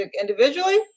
individually